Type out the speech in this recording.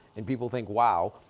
and people think wow!